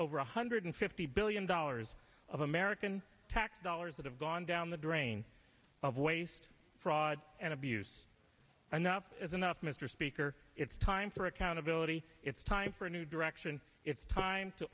over one hundred fifty billion dollars of american tax dollars that have gone down the drain of waste fraud and abuse and not as enough mr speaker it's time for accountability it's time for a new direction it's time to